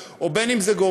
בין שזה חברות חשמל,